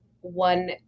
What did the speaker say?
one